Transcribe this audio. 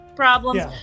problems